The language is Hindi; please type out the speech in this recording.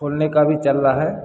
खोलने का भी चल रहा है